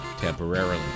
temporarily